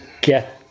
get